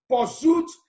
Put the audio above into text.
Pursuit